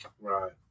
Right